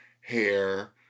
hair